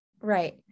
right